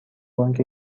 بانک